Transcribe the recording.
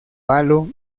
palo